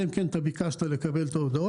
אלא אם כן ביקשת לקבל את ההודעות.